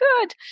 good